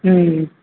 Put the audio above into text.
ம்